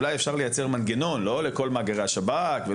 אולי אפשר לייצר מנגנון לא לכל מאגרי השב"כ.